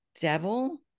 devil